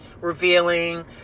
revealing